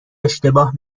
اشتباه